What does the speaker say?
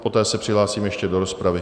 Poté se přihlásím ještě do rozpravy.